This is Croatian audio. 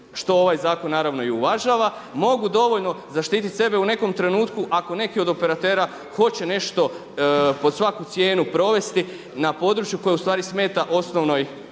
što ovaj zakon naravno i uvažava mogu dovoljno zaštiti sebe u nekom trenutku ako neki od operatera hoće nešto pod svaku cijenu provesti na podruju koje ustvari smeta osnovnoj